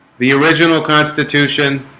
the original constitution